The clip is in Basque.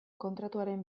kontratuaren